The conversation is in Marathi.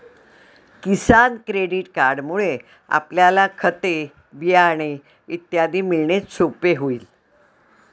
किसान क्रेडिट कार्डमुळे आपल्याला खते, बियाणे इत्यादी मिळणे सोपे होईल